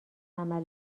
عمل